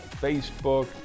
Facebook